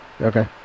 Okay